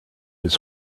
his